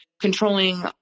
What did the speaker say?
controlling